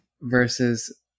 versus